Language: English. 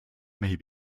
may